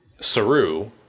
Saru